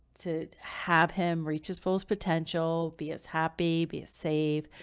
to have him reach his fullest potential, be as happy, be safe,